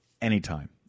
anytime